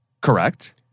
Correct